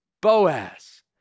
Boaz